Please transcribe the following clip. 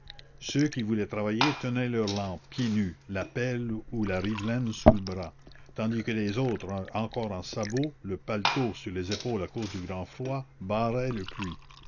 ceux qui voulaient travailler tenaient leur lampe pieds nus la pelle ou la rivelaine sous le bras tandis que les autres encore en sabots le paletot sur les épaules à cause du grand froid barraient le puits